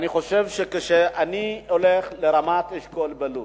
אני חושב שכאשר אני הולך לרמת-אשכול בלוד,